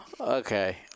Okay